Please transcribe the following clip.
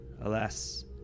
Alas